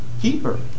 keeper